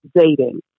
dating